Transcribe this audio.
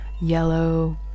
yellow